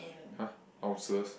!huh! ulcers